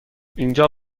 اینجا